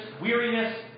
weariness